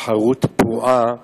תחרות פרועה